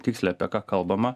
tiksliai apie ką kalbama